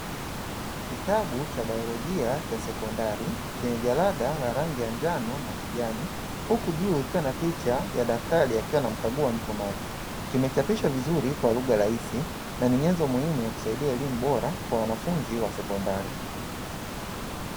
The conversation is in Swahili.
Kitabu cha baiolojia cha sekondari chenye jalada la rangi ya njano na kijani, huku juu kikiwa na picha ya daktari akimkagua mtu macho, kimechapishwa vizuri kwa lugha rahisi,, hii ni nyenzo muhimu ya kusaidia elimu bora kwa wanafunzi wa sekondari.